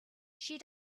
she